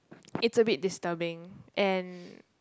it's a bit disturbing and